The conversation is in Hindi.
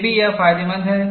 फिर भी यह फायदेमंद है